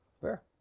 Fair